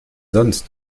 sonst